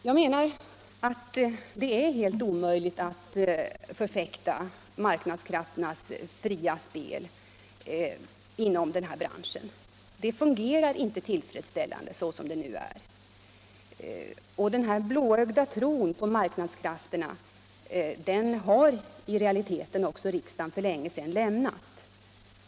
Jag menar att det är helt omöjligt att förfäkta marknadskrafternas fria spel inom den här branschen. Det fungerar inte tillfredsställande så som det nu är. Denna blåögda tro på marknadskrafterna har i realiteten också riksdagen för länge sedan lämnat.